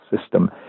system